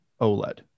OLED